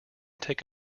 take